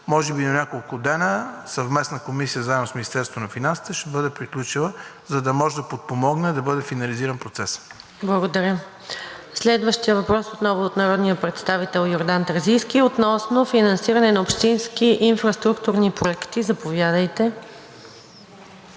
може би до няколко дни, съвместна комисия заедно с Министерството на финансите ще бъде приключила, за да може да подпомогне да бъде финализиран процесът. ПРЕДСЕДАТЕЛ НАДЕЖДА САМАРДЖИЕВА: Благодаря. Следващият въпрос е отново от народния представител Йордан Терзийски относно финансиране на общински инфраструктурни проекти. Заповядайте.